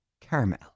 caramel